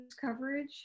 coverage